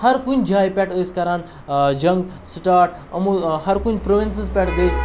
ہَر کُنہِ جایہِ پٮ۪ٹھ ٲسۍ کَران جنٛگ سٹاٹ یِمو ہَرکُنہِ پرٛووِنسَس پٮ۪ٹھ گٔے